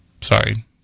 sorry